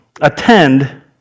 attend